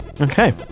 okay